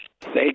Thank